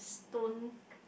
don't